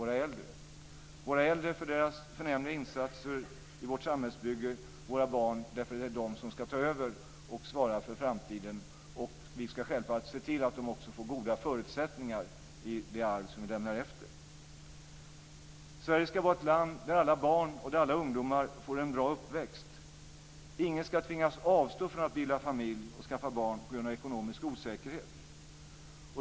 Våra äldre är viktiga för deras förnämliga insatser i vårt samhällsbygge. Våra barn är viktiga därför att det är de som ska ta över och svara för framtiden. Vi ska självfallet se till att de också får goda förutsättningar i det arv som vi lämnar efter oss. Sverige ska vara ett land där alla barn och alla ungdomar får en bra uppväxt. Ingen ska tvingas avstå från att bilda familj och skaffa barn på grund av ekonomisk osäkerhet.